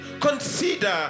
Consider